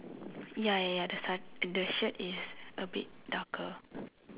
ya ya ya that's like and the shirt is a bit darker